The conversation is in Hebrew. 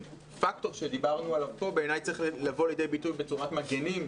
הפקטור שדיברנו עליו פה בעיני צריך לבוא לידי ביטוי בצורת מגנים,